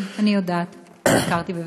כן, אני יודעת, ביקרתי בביתך.